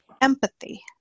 empathy